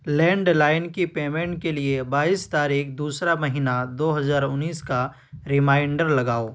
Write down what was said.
land line کی payment کے لیے بائیس تاریخ دوسرا مہینہ دو ہزار انیس کا ریمائنڈر لگاؤ